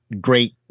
great